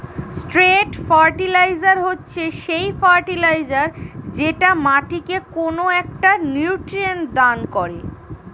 straight fertiliser হচ্ছে সেই fertiliser যেটা মাটিকে কোনো একটা নিউট্রিয়েন্ট দান করে